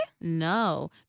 No